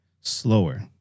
slower